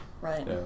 right